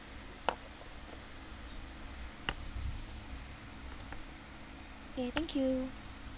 okay thank you